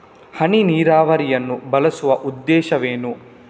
ಹನಿ ನೀರಾವರಿಯನ್ನು ಬಳಸುವ ಉದ್ದೇಶವೇನು?